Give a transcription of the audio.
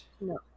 No